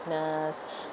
positiveness